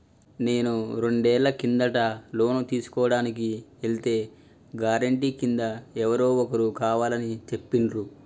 నేను రెండేళ్ల కిందట లోను తీసుకోడానికి ఎల్తే గారెంటీ కింద ఎవరో ఒకరు కావాలని చెప్పిండ్రు